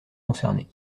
concernée